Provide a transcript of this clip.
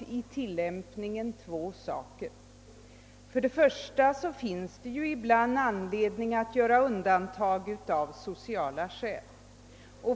vid tilllämpningen har missat två saker. För det första finns det ibland anledning att göra undantag av sociala skäl.